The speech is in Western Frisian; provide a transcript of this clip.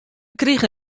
krige